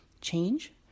change